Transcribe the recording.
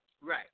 Right